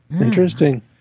Interesting